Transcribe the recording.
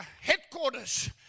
headquarters